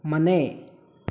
ಮನೆ